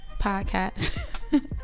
podcast